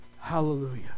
Hallelujah